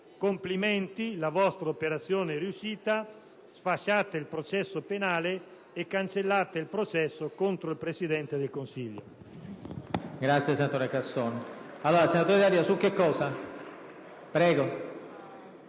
Complimenti, la vostra operazione è riuscita: sfasciate il processo penale e cancellate il processo contro il Presidente del Consiglio.